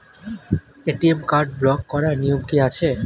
ATM card block করার নিয়ম কি আছে?